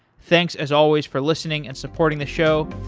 thanks as always for listening and supporting the show,